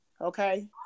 okay